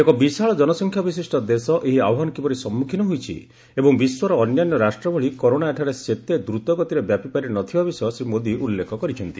ଏକ ବିଶାଳ ଜନସଂଖ୍ୟା ବିଶିଷ୍ଟ ଦେଶ ଏହି ଆହ୍ୱାନ କିପରି ସମ୍ମଖୀନ ହୋଇଛି ଏବଂ ବିଶ୍ୱର ଅନ୍ୟାନ୍ୟ ରାଷ୍ଟ୍ର ଭଳି କରୋନା ଏଠାରେ ସେତେ ଦ୍ରତଗତିରେ ବ୍ୟାପିପାରି ନଥିବା ବିଷୟ ଶ୍ରୀ ମୋଦି ଉଲ୍ଲେଖ କରିଛନ୍ତି